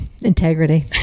Integrity